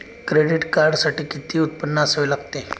Credit कार्डसाठी किती उत्पन्न असावे लागते?